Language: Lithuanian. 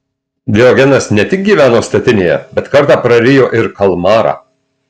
diogenas ne tik gyveno statinėje bet kartą prarijo ir kalmarą